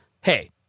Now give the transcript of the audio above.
hey